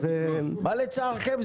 מה לצערכם?